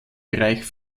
bereich